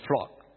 flock